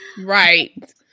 Right